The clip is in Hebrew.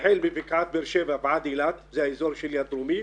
החל מבקעת באר שבע ועד אילת, זה האזור שלי הדרומי,